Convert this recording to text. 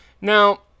Now